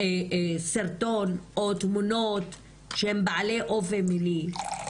סרטון או תמונות שהם בעלי אופי מיני,